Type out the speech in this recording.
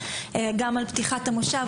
גם על פתיחת המושב.